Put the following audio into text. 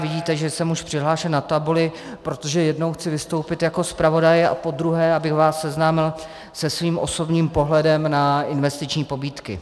Vidíte, že jsem už přihlášen na tabuli, protože jednou chci vystoupit jako zpravodaj a podruhé abych vás seznámil se svým osobním pohledem na investiční pobídky.